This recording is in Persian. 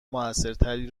موثرتری